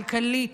כלכלית,